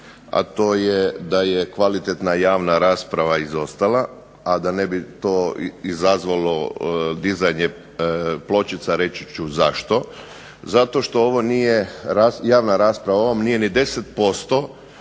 a to je da je kvalitetna javna rasprava izostala, a da ne bi to izazvalo dizanje pločica reći ću zašto. Zbog toga jer rasprava o ovom nije ni 10%